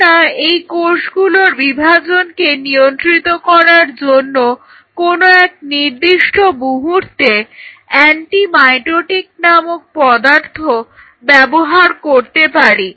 আমরা এই কোষগুলোর বিভাজনকে নিয়ন্ত্রণ করার জন্য কোনো এক নির্দিষ্ট মুহূর্তে অ্যান্টি মাইটোটিক নামক পদার্থ ব্যবহার করতে পারি